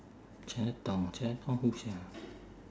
chinatown chinatown who sia